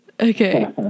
okay